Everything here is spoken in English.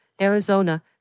Arizona